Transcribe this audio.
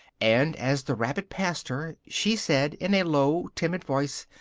and as the rabbit passed her, she said, in a low, timid voice,